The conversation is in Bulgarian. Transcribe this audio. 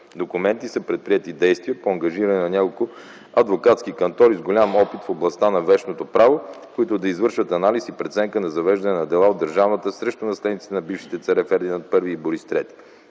документи са предприети действия по ангажиране на няколко адвокатски кантори с голям опит в областта на вещното право, които да извършат анализ и преценка на завеждане на дела от държавата срещу наследниците на бившите царе Фердинанд І и Борис ІІІ,